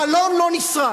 חלון לא נסרט.